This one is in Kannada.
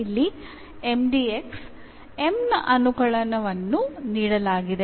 ಇಲ್ಲಿ M ನ ಅನುಕಳನವನ್ನು ನೀಡಲಾಗಿದೆ